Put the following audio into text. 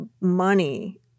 money